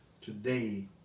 today